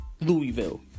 Louisville